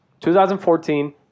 2014